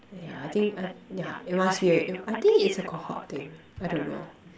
yeah I think uh yeah it must be a I think it's a cohort thing I don't know